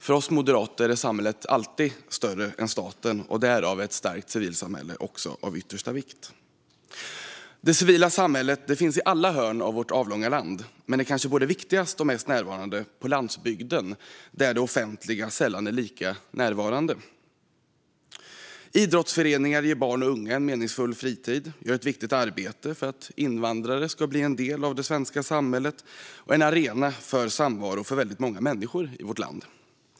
För oss moderater är samhället alltid större än staten, och därför är ett starkt civilsamhälle av yttersta vikt. Det civila samhället finns i alla hörn av vårt avlånga land, men är kanske både viktigast och mest närvarande på landsbygden där det offentliga sällan är lika närvarande. Idrottsföreningar ger barn och unga en meningsfull fritid, gör ett viktigt arbete för att invandrare ska bli en del av det svenska samhället och är en arena för samvaro för väldigt många människor i vårt land.